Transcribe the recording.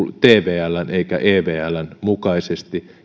tvln eikä evln mukaisesti